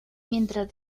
mientras